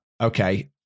Okay